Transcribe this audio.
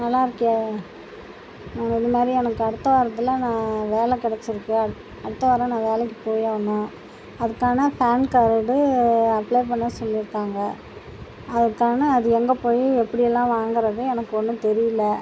நல்லாயிருக்கே இது மாதிரி எனக்கு அடுத்த வாரத்தில் நான் வேலை கிடச்சிருக்கு அ அடுத்த வாரம் நான் வேலைக்கு போயே ஆகணும் அதுக்கான பேன் கார்டு அப்ளை பண்ண சொல்லியிருக்காங்க அதுக்கான அது எங்கே போய் எப்படியெல்லாம் வாங்கிறது எனக்கு ஒன்றும் தெரியல